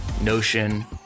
Notion